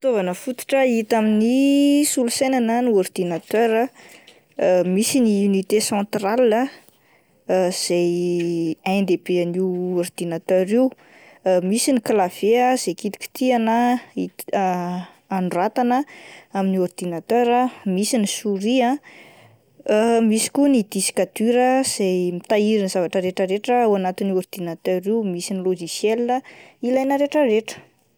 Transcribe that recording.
Fitaovana fototra hita amin'ny solosaina na ny ordinateur ah misy ny unité centrale ah izay ain-dehibe an'io ordinateur io, misy ny clavier ah izay kitikitihina it- androatana amin'ny ordinateur, misy ny souris ah, misy koa ny disque dur izay mitahiry ny zavatra rehetra rehetra ao anatin'io ordinateur io ,misy ny logiciel ah ilaina rehetra rehetra.